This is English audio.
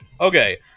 Okay